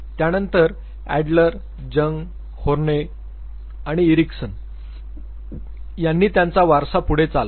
त्यानंतर Adler Jung Horney आणि Erikson Adler Jung Horneye and Erikson यांनी त्यांचा वारसा पुढे चालवला